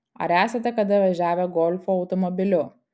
ar esate kada važiavę golfo automobiliu